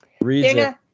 reason